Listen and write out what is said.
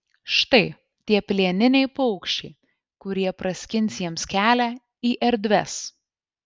štai tie plieniniai paukščiai kurie praskins jiems kelią į erdves